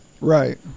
Right